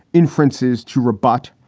inferences to rebut.